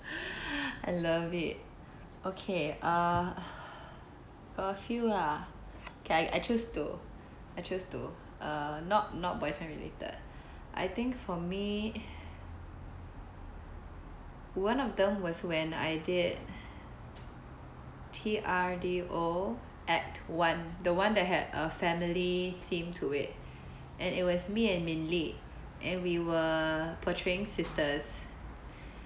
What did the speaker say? I love it okay uh got a few lah okay I choose two I choose two uh not not boyfriend related I think for me one of them was when I did T_R_D_O at one the one that had a family theme to it and it was me and min li and we were portraying sisters